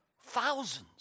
Thousands